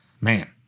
Man